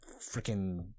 freaking